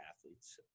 athletes